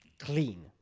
clean